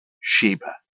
Sheba